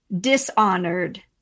dishonored